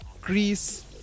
Greece